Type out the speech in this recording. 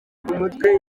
umutwe